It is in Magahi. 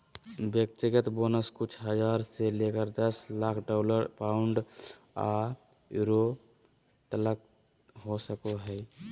व्यक्तिगत बोनस कुछ हज़ार से लेकर दस लाख डॉलर, पाउंड या यूरो तलक हो सको हइ